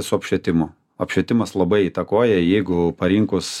su apšvietimu apšvietimas labai įtakoja jeigu parinkus